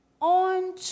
On